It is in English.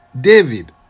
david